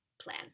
plan